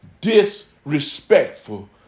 disrespectful